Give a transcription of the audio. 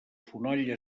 fonoll